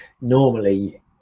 normally